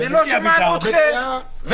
ולא שמענו אתכם.